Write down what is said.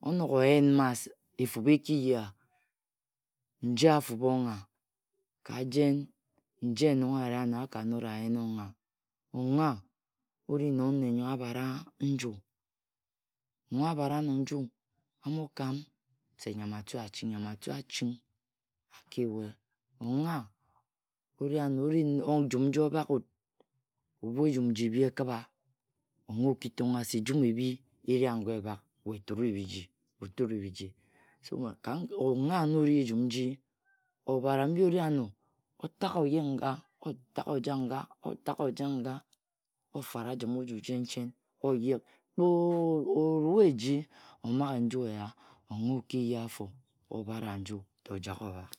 onog o yen ma etup eki yea. Nje afuba ongha ka jen nje nong ari amo a ka not a yen ongha. ongha ori nong nne nyo bhara nju. Nong a bhara ano nju omokam se nyam atu aching, nyam atu aching a ki ye. ongha ori ano ori ejum nji o bhak wut ebhu ejun nji bhi ekhibha ongha oki tongha se ejum ebhi e ri ago ebhak. We tuu biji, otue bhiji. Ongha na ori ejim nji obhara. mbi ori ano o tagha o yeg nga, otagha o jak nga, o tangha, ofara ajum oju chen chen. Kpe o o rue eji o amghe nju e ya, ongha oki ye afo, o bha a nju ta ojak o bhak.